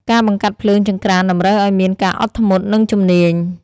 ការបង្កាត់ភ្លើងចង្ក្រានតម្រូវឱ្យមានការអត់ធ្មត់ និងជំនាញ។